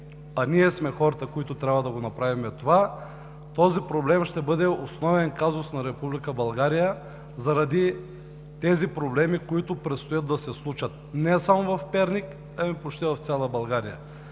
а ние сме хората, които трябва да направим това, този проблем ще бъде основен казус на Република България, заради тези проблеми, които предстои да се случат – не само в Перник, а почти в цяла България.